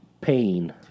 pain